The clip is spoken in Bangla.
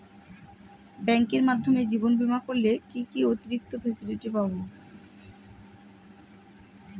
ব্যাংকের মাধ্যমে জীবন বীমা করলে কি কি অতিরিক্ত ফেসিলিটি পাব?